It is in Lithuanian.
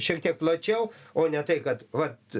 šiek tiek plačiau o ne tai kad vat